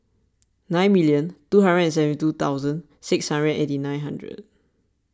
nine million two hundred and seventy two thousand six hundred and eighty nine hundred